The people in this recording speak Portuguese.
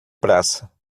praça